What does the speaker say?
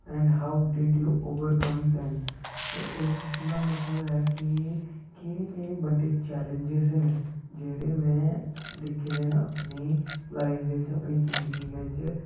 and how did you overcome them ते एह्दे question दा मतलब ऐ कि केह्ड़े केह्ड़े बड्डे चैलंजस न जेह्ड़े में दिक्खे दे न अपनी लाइफ बिच्च अपनी जिंदगी बिच्च